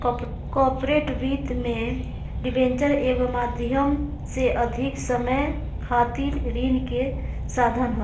corporate वित्त में debenture एगो माध्यम से अधिक समय खातिर ऋण के साधन ह